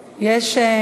בשמם?